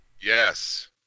Yes